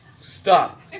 stop